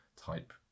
type